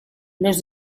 los